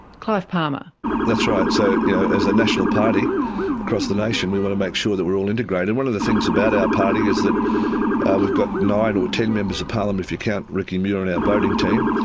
clive palmer that's right, so yeah as a national party across the nation we want to make sure that we are all integrated. one of the things about our party is that we've got nine or ten members of parliament, if you count ricky muir on our voting team,